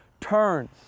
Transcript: turns